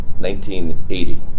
1980